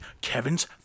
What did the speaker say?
kevin's